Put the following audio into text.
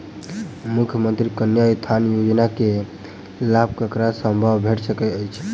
मुख्यमंत्री कन्या उत्थान योजना कऽ लाभ ककरा सभक भेट सकय छई?